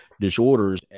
disorders